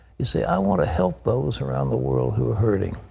you say, i want to help those around the world who are hurting.